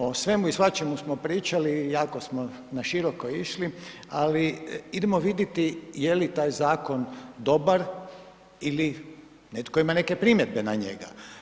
O svemu i svačemu smo pričali, jako smo naširoko išli, ali idemo vidjeti je li taj zakon dobar ili netko ima neke primjedbe na njega.